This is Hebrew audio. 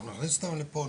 אנחנו נכניס אותם לפה,